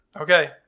Okay